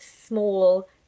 small